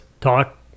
talk